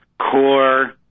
core